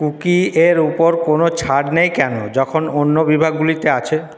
cookie এর উপর কোনো ছাড় নেই কেনো যখন অন্য বিভাগগুলিতে আছে